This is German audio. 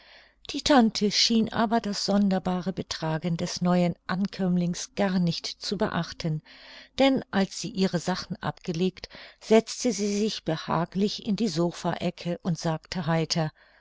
die tante schien aber das sonderbare betragen des neuen ankömmlings gar nicht zu beachten denn als sie ihre sachen abgelegt setzte sie sich behaglich in die sophaecke und sagte heiter